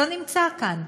לא נמצא כאן.